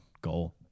goal